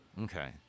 Okay